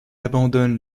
abandonne